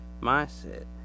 mindset